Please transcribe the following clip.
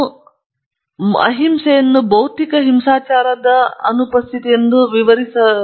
ಆದರೆ ಗಾಂಧಿಯವರಂತೆಯೇ ಸ್ವಾಮಿ ದಯಾನಂದ ಸರಸ್ವತಿ ಅವರು ಅಹಿಂಸೆ ಭೌತಿಕ ಹಿಂಸಾಚಾರದ ಅನುಪಸ್ಥಿತಿಯಲ್ಲಿಲ್ಲ ಎಂದು ವಿವರಿಸಿದರು